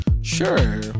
sure